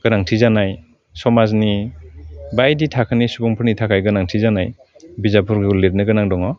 गोनांथि जानाय समाजनि बायदि थाखोनि सुबुंफोरनि थाखाय गोनांथि जानाय बिजाबफोरखौ लिरनो गोनां दङ